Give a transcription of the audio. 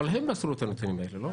אבל הם מסרו את הנתונים האלו, לא?